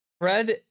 Fred